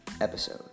episode